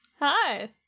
Hi